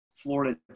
Florida